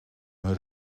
hun